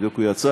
בדיוק הוא יצא,